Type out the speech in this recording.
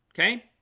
okay